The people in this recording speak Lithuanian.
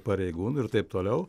pareigūnų ir taip toliau